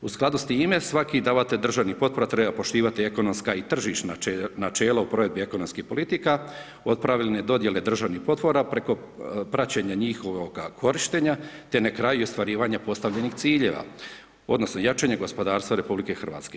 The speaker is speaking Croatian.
U skladu s time svaki davatelj državnih potpora treba poštivati ekonomska i tržišna načela u provedbi ekonomskih politika, od pravilne dodijele državnih potpora preko praćenja njihovoga korištenja, te na kraju i ostvarivanja postavljenih ciljeva odnosno jačanje gospodarstva RH.